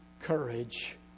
courage